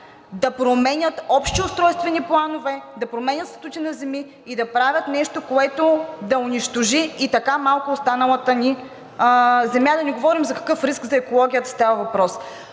да променят общи устройствени планове, да променят статути на земи и да правят нещо, което да унищожи и така малко останалата ни земя. Да не говорим за какъв риск за екологията става въпрос.